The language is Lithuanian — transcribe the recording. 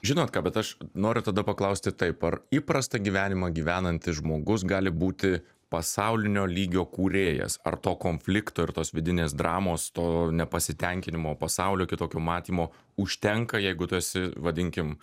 žinot ką bet aš noriu tada paklausti taip ar įprastą gyvenimą gyvenantis žmogus gali būti pasaulinio lygio kūrėjas ar to konflikto ir tos vidinės dramos to nepasitenkinimo pasaulio kitokio matymo užtenka jeigu tu esi vadinkim